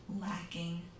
lacking